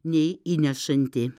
nei įnešanti